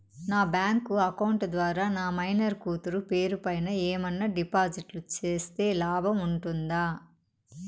నా bank account ద్వారా నా మైనర్ కూతురు పేరు పైన ఏమన్నా డిపాజిట్లు సేస్తే లాభం ఉంటుందా?